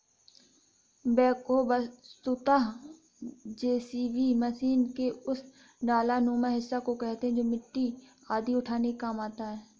backhoe वस्तुतः JCB machine के उस डालानुमा हिस्सा को कहते हैं जो मिट्टी आदि उठाने के काम आता है